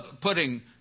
putting